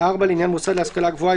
(4)לעניין מוסד להשכלה גבוהה,